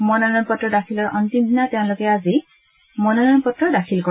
মনোনয়ন পত্ৰ দাখিলৰ আজি অন্তিম দিনা তেওঁলোকে আজি মনোনয়ন পত্ৰ দাখিল কৰে